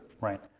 Right